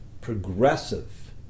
progressive